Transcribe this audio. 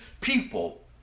people